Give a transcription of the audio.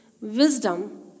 Wisdom